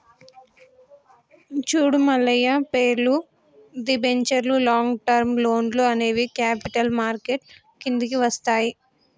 చూడు మల్లయ్య పేర్లు, దిబెంచర్లు లాంగ్ టర్మ్ లోన్లు అనేవి క్యాపిటల్ మార్కెట్ కిందికి వస్తాయి